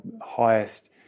highest